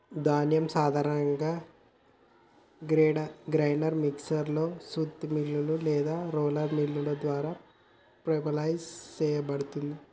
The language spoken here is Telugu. ధాన్యం సాధారణంగా గ్రైండర్ మిక్సర్ లో సుత్తి మిల్లులు లేదా రోలర్ మిల్లుల ద్వారా పల్వరైజ్ సేయబడుతుంది